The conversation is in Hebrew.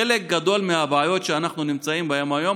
חלק גדול מהבעיות שאנחנו נמצאים בהן היום,